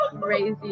crazy